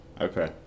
Okay